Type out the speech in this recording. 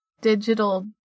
digital